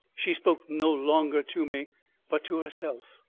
she spoke no longer to me but to herself.